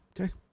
okay